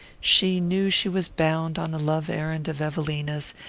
she knew she was bound on a love-errand of evelina's,